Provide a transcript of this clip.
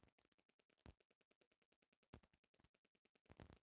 मान ल तू बिहार पड़ जइबू त का करबू